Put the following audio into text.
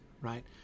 Right